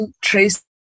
trace